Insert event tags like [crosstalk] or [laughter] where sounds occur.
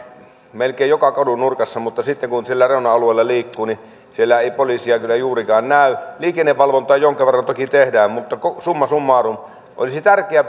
melkein joka kadunnurkassa mutta sitten kun siellä reuna alueella liikkuu niin siellä ei poliisia kyllä juurikaan näy liikennevalvontaa jonkin verran toki tehdään mutta summa summarum olisi kuitenkin tärkeää [unintelligible]